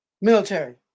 Military